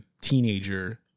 teenager